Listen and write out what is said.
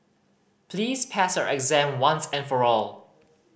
please pass exam once and for all